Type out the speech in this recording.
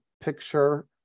picture